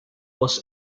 was